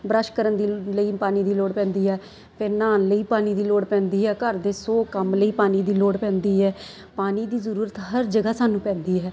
brush ਕਰਨ ਦੀ ਲਈ ਪਾਣੀ ਦੀ ਲੋੜ ਪੈਂਦੀ ਹੈ ਫਿਰ ਨਹਾਉਣ ਲਈ ਪਾਣੀ ਦੀ ਲੋੜ ਪੈਂਦੀ ਹੈ ਘਰ ਦੇ ਸੌ ਕੰਮ ਲਈ ਪਾਣੀ ਦੀ ਲੋੜ ਪੈਂਦੀ ਹੈ ਪਾਣੀ ਦੀ ਜ਼ਰੂਰਤ ਹਰ ਜਗ੍ਹਾ ਸਾਨੂੰ ਪੈਂਦੀ ਹੈ